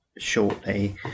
shortly